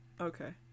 Okay